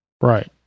Right